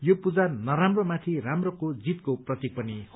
यो पूजा नराम्रोमाथि राम्रो जीतको प्रतिक पनि हो